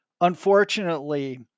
Unfortunately